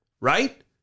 right